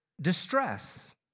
distress